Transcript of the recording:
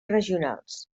regionals